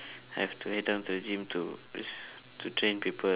I have to head down to the gym to to train people